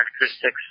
characteristics